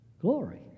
Glory